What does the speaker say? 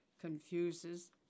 confuses